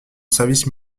service